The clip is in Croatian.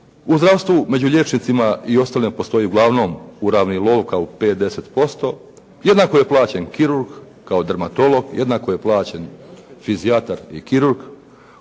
U zdravstvu među liječnicima i ostalima postoji uglavnom uravnilovka u 5-10%. Jednako je plaćen kirurg kao dermatolog, jednako je plaćen fizijatar i kirurg,